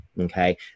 Okay